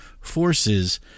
forces